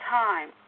time